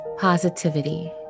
positivity